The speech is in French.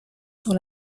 sur